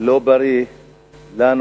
לא בריא לנו,